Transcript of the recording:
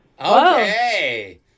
Okay